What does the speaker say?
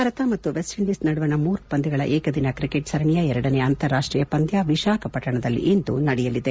ಭಾರತ ಮತ್ತು West Indies ನಡುವಣ ಮೂರು ಪಂದ್ಯಗಳ ಏಕದಿನ ಕ್ರಿಕೆಟ್ ಸರಣಿಯ ಎರಡನೇ ಅಂತಾರಾಷ್ಟೀಯ ಪಂದ್ಯ ವಿಶಾಖಪಟ್ಟಣದಲ್ಲಿಂದು ನಡೆಯಲಿದೆ